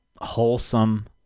wholesome